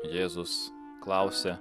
jėzus klausia